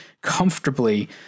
comfortably